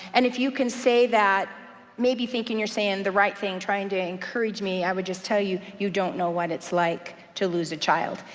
and if you can say that maybe thinking you're saying the right thing trying to encourage me, i would just tell you, you don't know what it's like to lose a child,